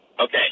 Okay